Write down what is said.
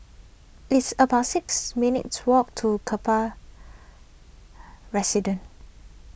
it's about six minutes' walk to Kaplan Residence